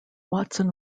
watson